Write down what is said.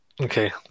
Okay